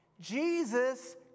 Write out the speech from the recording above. Jesus